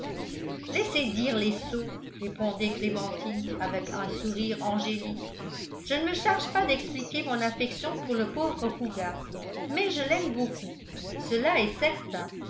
laissez dire les sots répondait clémentine avec un sourire angélique je ne me charge pas d'expliquer mon affection pour le pauvre fougas mais je l'aime beaucoup cela est certain